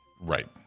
Right